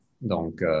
Donc